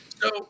So-